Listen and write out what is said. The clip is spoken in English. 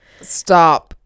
Stop